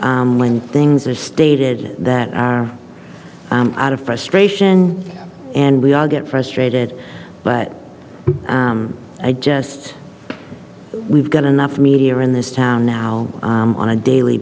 but when things are stated that are out of frustration and we all get frustrated but i just we've got enough media in this town now on a daily